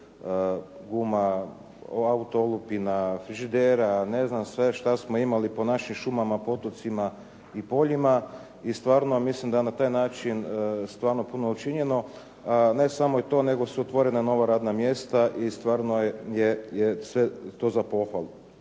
guma, auto olupina, frižidera, ne znam sve što smo imali po našim šumama, potocima i poljima. I stvarno mislim da na taj način stvarno puno učinjeno. Ne samo to, nego su otvorena nova radna mjesta, i stvarno je to sve za pohvalu.